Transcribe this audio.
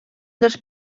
dels